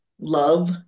love